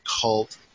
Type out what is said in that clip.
cult